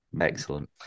Excellent